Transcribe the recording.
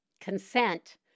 Consent